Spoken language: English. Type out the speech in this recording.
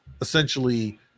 essentially